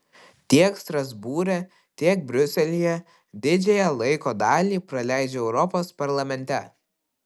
tiek strasbūre tiek briuselyje didžiąją laiko dalį praleidžiu europos parlamente